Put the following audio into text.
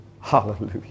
Hallelujah